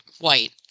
white